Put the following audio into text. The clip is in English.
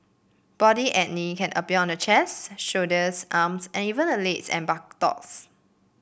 body acne can appear on the chest shoulders arms and even the legs and buttocks